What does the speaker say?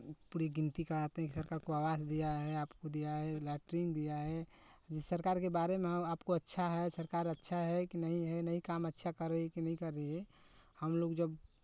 पूरी गिनती कराते हैं की सरकार को आवास दिया है आपको लैट्रीन दिया है सरकार के बारे हम आपको अच्छा है सरकार अच्छा है कि नहीं है नहीं काम अच्छा कर रही है कि नहीं कर रही है हमलोग जब